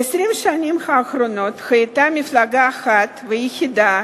ב-20 השנים האחרונות היתה מפלגה אחת ויחידה